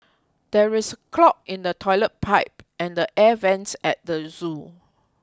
there is a clog in the Toilet Pipe and the Air Vents at the zoo